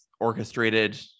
Orchestrated